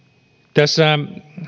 tässä